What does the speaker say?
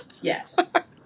Yes